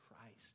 Christ